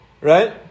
Right